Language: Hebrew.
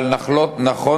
אבל נכון